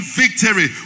victory